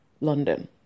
London